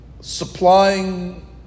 supplying